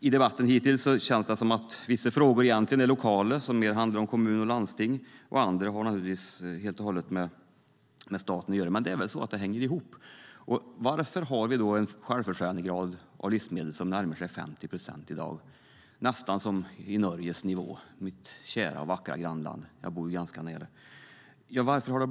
I debatten känns det som om vissa frågor egentligen är lokala och mer handlar om kommuner och landsting medan andra har helt och hållet med staten att göra. Det är väl så att det hänger ihop. Varför har vi då en självförsörjningsgrad som är knappt 50 procent när det gäller livsmedel i dag? Det är nästan som i mitt kära och vackra grannland Norge - jag bor ju ganska när norska gränsen.